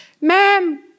Ma'am